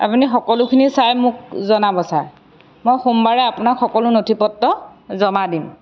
আপুনি সকলোখিনি চাই মোক জনাব ছাৰ মই সোমবাৰে আপোনাক সকলো নথিপত্ৰ জমা দিম